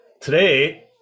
Today